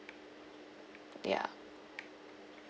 ya